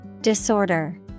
Disorder